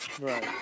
Right